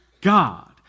God